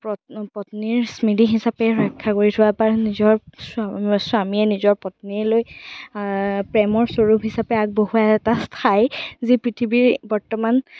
পত্নীৰ স্মৃতি হিচাপে ৰক্ষা কৰি থোৱা বা নিজৰ স্বামীয়ে নিজৰ পত্নীলৈ প্ৰেমৰ স্বৰূপ হিচাপে আগবঢ়োৱা এটা ঠাই যি পৃথিৱীৰ বৰ্ত্তমান